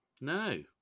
No